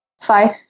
five